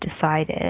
decided